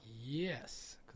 Yes